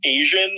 Asian